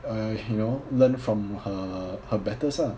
uh you know learn from her her betters ah